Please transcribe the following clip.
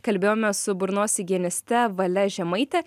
kalbėjome su burnos higieniste vale žemaite